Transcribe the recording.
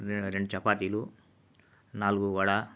రెం రెండు చపాతీలు నాలుగు వడ